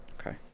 okay